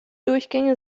durchgänge